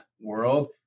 world